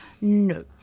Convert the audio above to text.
No